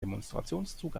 demonstrationszug